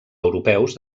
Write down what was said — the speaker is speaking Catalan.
europeus